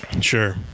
Sure